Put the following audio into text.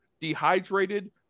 dehydrated